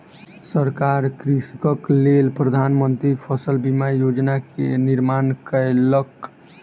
सरकार कृषकक लेल प्रधान मंत्री फसल बीमा योजना के निर्माण कयलक